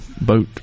boat